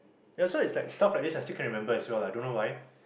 that's why it's like stuff like this as you can remember as well I don't know why